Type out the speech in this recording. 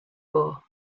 war